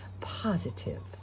positive